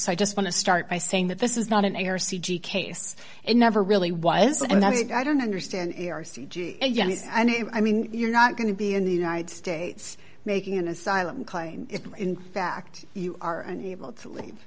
so i just want to start by saying that this is not an error c g case it never really was and that i don't understand i mean you're not going to be in the united states making an asylum claim if in fact you are unable to leave